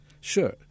Sure